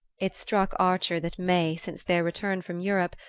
it struck archer that may, since their return from europe,